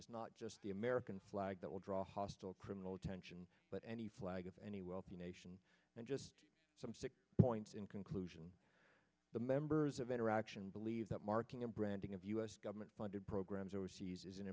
is not just the american flag that will draw a hostile criminal attention but any flag of any wealthy nation and just some six points in conclusion the members of interaction believe that marketing and branding of u s government funded programs overseas is